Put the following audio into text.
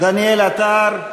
דניאל עטר?